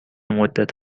مدت